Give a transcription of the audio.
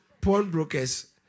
pawnbrokers